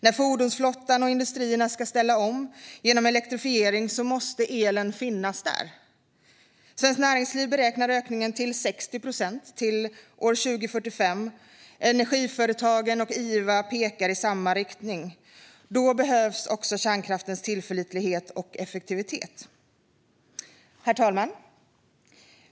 När fordonsflottan och industrierna ska ställa om genom elektrifiering måste elen finnas där. Svenskt Näringsliv beräknar ökningen till 60 procent till år 2045, och Energiföretagen och IVA pekar i samma riktning. Då behövs kärnkraftens tillförlitlighet och effektivitet. Herr talman!